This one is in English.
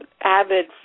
avid